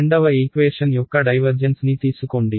రెండవ ఈక్వేషన్ యొక్క డైవర్జెన్స్ ని తీసుకోండి